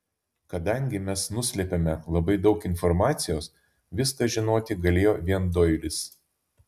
kadangi mes nuslėpėme labai daug informacijos viską žinoti galėjo vien doilis